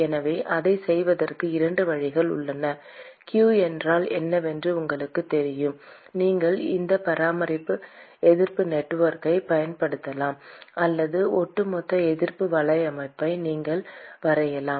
எனவே அதைச் செய்வதற்கு 2 வழிகள் உள்ளன q என்றால் என்னவென்று உங்களுக்குத் தெரியும் நீங்கள் இந்த எதிர்ப்பு நெட்வொர்க்கைப் பயன்படுத்தலாம் அல்லது ஒட்டுமொத்த எதிர்ப்பு வலையமைப்பையும் நீங்கள் வரையலாம்